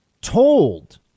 told